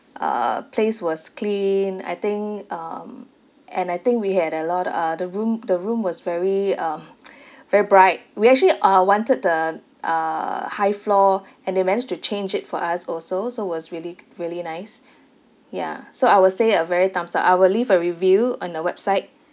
uh place was clean I think um and I think we had a lot uh the room the room was very um very bright we actually uh wanted the uh high floor and they managed to change it for us also so it was really really nice ya so I would say a very thumbs up I will leave a review on the website